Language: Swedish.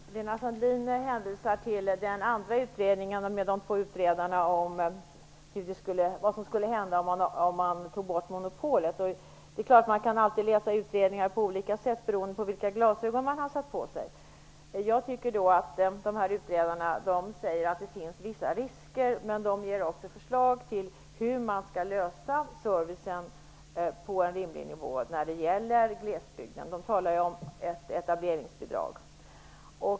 Fru talman! Lena Sandlin hänvisar till den andra utredningen om vad som skulle hända om vi skulle tog bort monopolet. Man kan alltid läsa utredningar på olika sätt beroende på vilka glasögon man har satt på sig. Jag tycker att utredarna säger att det finns vissa risker, men de ger också förslag till hur man skall lösa servicefrågan när det gäller glesbygden. De talar om ett etableringsbidrag.